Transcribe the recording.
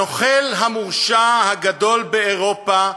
הנוכל המורשע הגדול באירופה,